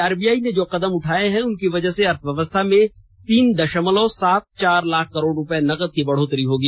RBI ने जो कदम उठाये हैं उनकी वजह से अर्थव्यवस्था में तीन दषमलव सात चार लाख करोड़ रुपये नगद की बढ़ोत्तरी होगी